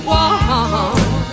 one